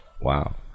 Wow